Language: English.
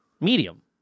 Medium